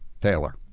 Taylor